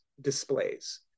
displays